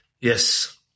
Yes